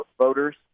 voters